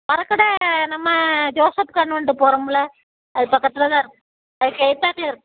மரக்கடை நம்ம Joseph convent போகிறோம்ல அதுக்கு பக்கத்தில் தான் இருக்குது அதுக்கு எதித்தாப்புலையே இருக்குது